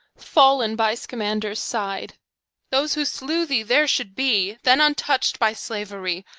fallen by scamander's side those who slew thee there should be! then, untouched by slavery,